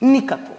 Nikakvu?